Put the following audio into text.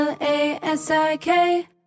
L-A-S-I-K